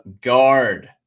guard